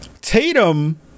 Tatum